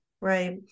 right